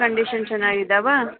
condition ಚೆನ್ನಾಗಿ ಇದ್ದಾವಾ